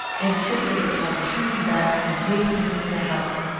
insisted upon turning back and hastening to the house,